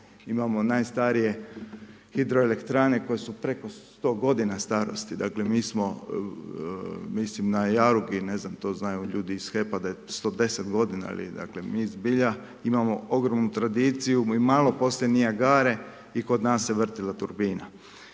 imamo najstarije hidroelektrane koje su preko 100 g. starosti. Dakle, mi smo na …/Govornik se ne razumije./… ne znam, to znaju ljudi iz HEP-a da je 110 g. dakle, mi zbilja imamo ogromnu tradiciju i malo poslije Niagare i kod na se vrtila turbina.